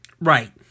Right